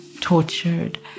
tortured